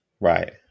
Right